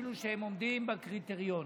אפילו שהם עומדים בקריטריונים.